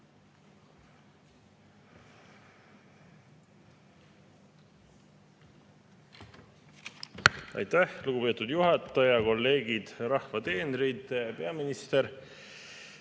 Aitäh, lugupeetud juhataja! Kolleegid, rahva teenrid! Peaminister!